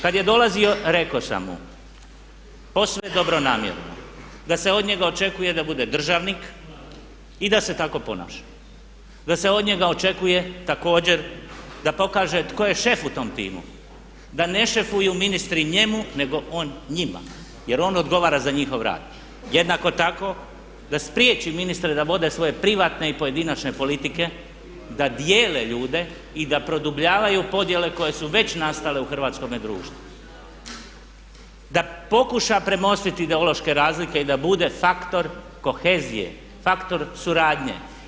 Kad je dolazio rekao sam mu posve dobronamjerno da se od njega očekuje da bude državnik i da se tako ponaša, da se od njega očekuje također da pokaže tko je šef u tom timu, da ne šefuju ministri njemu nego on njima jer on odgovara za njihov rad, jednako tako da spriječi ministre da vode svoje privatne i pojedinačne politike, da dijele ljude i da produbljavaju podjele koje su već nastale u hrvatskome društvu, da pokuša premostiti ideološke razlike i da bude faktor kohezije, faktor suradnje.